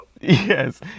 yes